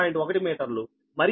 1మీటర్లు మరియు da2b3 వచ్చి 6